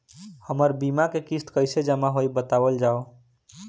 हमर बीमा के किस्त कइसे जमा होई बतावल जाओ?